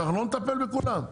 שאנחנו לא נטפל בכולם?